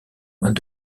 moines